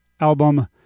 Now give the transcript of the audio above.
album